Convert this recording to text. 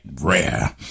rare